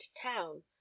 town